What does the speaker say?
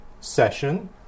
session